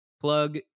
plug